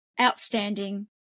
outstanding